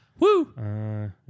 Woo